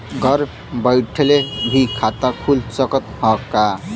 घरे बइठले भी खाता खुल सकत ह का?